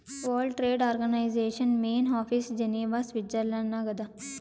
world trade organisation main office Geneva Switzerland ನಾಗ್ ಅದಾ